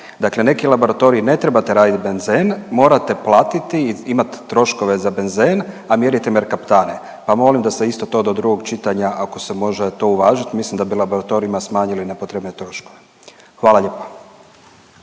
Dakle, neki laboratorij ne trebate raditi benzen, morate platiti i imati troškove za benzen, a mjeriti merkaptane, pa molim da se isto to do drugog čitanja ako se može to uvažiti mislim da bi laboratorijima smanjili nepotrebne troškove. Hvala lijepa.